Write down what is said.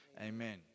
amen